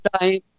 time